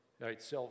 Right